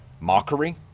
Mockery